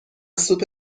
سوپ